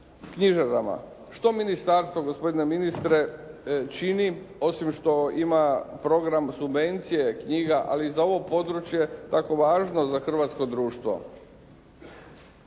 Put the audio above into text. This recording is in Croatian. knjižarama. Što ministarstvo gospodine ministre čini osim što ima program subvencije knjiga ali za ovo područje tako važno za hrvatsko društvo?